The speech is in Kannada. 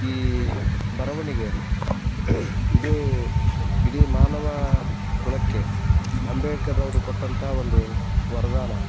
ಈ ಬರವಣಿಗೆ ಇದು ಇಡೀ ಮಾನವ ಕುಲಕ್ಕೆ ಅಂಬೇಡ್ಕರವರು ಕೊಟ್ಟಂಥ ಒಂದು ವರದಾನ